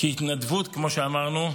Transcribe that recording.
כי התנדבות, כפי שאמרנו,